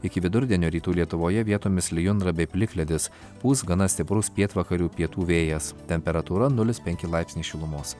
iki vidurdienio rytų lietuvoje vietomis lijundra bei plikledis pūs gana stiprus pietvakarių pietų vėjas temperatūra nulis penki laipsniai šilumos